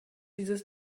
dieses